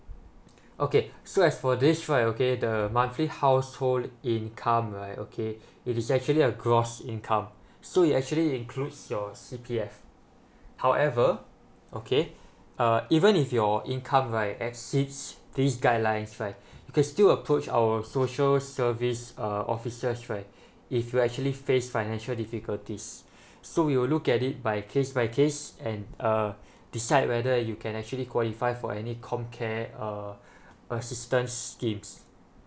okay so as for this right okay the monthly household income right okay it is actually a gross income so it actually includes your C_P_F however okay uh even if your income right exceeds these guidelines right you can still approach our social service uh officers right if you actually face financial difficulties so we will look at it by case by case and uh decide whether you can actually qualify for any COMCARE uh assistance schemes